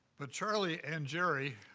but charlie and jerry,